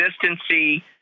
consistency